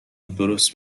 درست